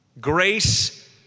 Grace